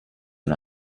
una